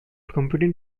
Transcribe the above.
computing